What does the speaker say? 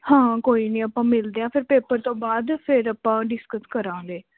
ਹਾਂ ਕੋਈ ਨਹੀਂ ਆਪਾਂ ਮਿਲਦੇ ਹਾਂ ਫਿਰ ਪੇਪਰ ਤੋਂ ਬਾਅਦ ਫਿਰ ਆਪਾਂ ਡਿਸਕਸ ਕਰਾਂਗੇ